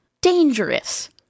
Dangerous